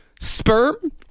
sperm